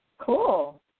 Cool